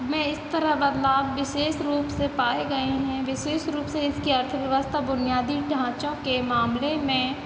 में इस तरह बदलाव विशेष रूप से पाए गए हैं विशेष रूप से इसकी अर्थव्यवस्था बुनियादी ढांचा के मामले में